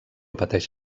pateix